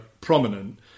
prominent